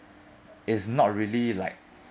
is not really like